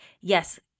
yes